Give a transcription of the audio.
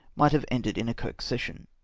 might have ended in a kirk session.